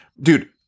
dude